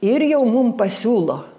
ir jau mum pasiūlo